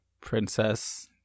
Princess